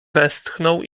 westchnął